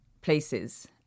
places